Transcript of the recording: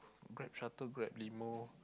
Grab Shuttle Grab limo